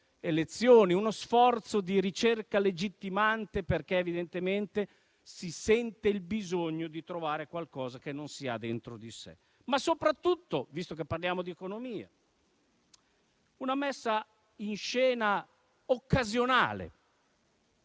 uno sforzo di ricerca legittimante perché evidentemente si sente il bisogno di trovare qualcosa che non sia dentro di sé. Ma soprattutto, visto che parliamo di economia, è una messa in scena occasionale: